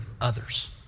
others